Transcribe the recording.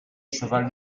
cheval